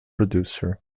producer